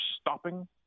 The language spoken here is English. stopping